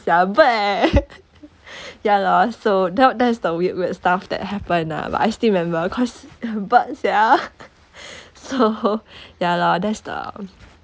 sia bah ya lor so that that is the weird weird stuff that happened ah but I still remember cause bird sia so ya loh that's the